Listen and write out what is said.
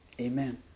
Amen